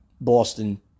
Boston